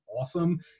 awesome